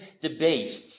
debate